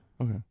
Okay